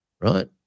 right